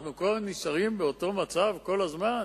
אנחנו נשארים באותו מצב כל הזמן?